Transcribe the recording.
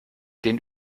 den